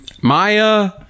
Maya